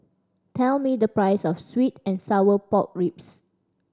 tell me the price of sweet and sour pork ribs